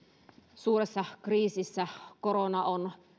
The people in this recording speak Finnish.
suuressa kriisissä korona on